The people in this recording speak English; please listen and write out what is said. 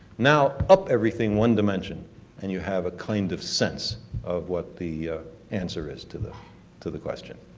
now, up everything one dimension and you have a kind of sense of what the answer is to the to the question.